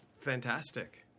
fantastic